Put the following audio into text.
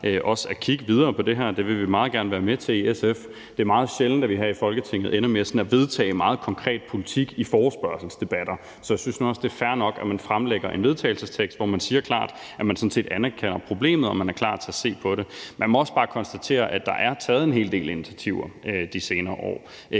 også at kigge videre på det her. Det vil vi meget gerne være med til i SF. Det er meget sjældent, at vi her i Folketinget ender med sådan at vedtage meget konkret politik i forespørgselsdebatter, så jeg synes nu også, det er fair nok, at man fremsætter et forslag til vedtagelse, hvor man klart siger, at man sådan set anerkender problemet, og at man er klar til at se på det. Man må også bare konstatere, at der er taget en hel del initiativer i de senere år,